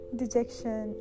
dejection